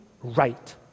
right